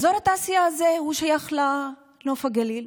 אזור התעשייה הזה שייך לנוף הגליל,